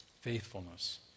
faithfulness